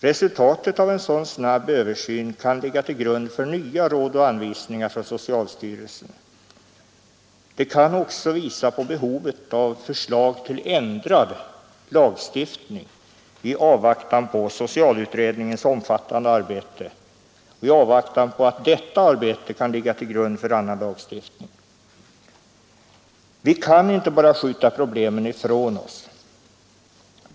Resultatet av en sådan snabb översyn kan ligga till grund för nya råd och anvisningar från socialstyrelsen. Det kan också visa på behovet av förslag till ändrad lagstiftning i avvaktan på att socialutredningens omfattande arbete kan ligga till grund för en annan lagstiftning. Vi kan inte bara skjuta problemen ifrån oss.